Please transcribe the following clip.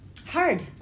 Hard